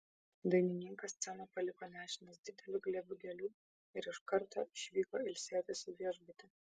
dainininkas sceną paliko nešinas dideliu glėbiu gėlių ir iš karto išvyko ilsėtis į viešbutį